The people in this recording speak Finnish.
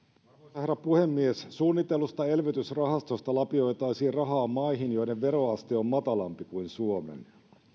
herra puhemies suunnitellusta elvytysrahastosta lapioitaisiin rahaa maihin joiden veroaste on matalampi kuin suomen